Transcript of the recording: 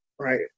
right